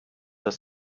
das